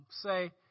say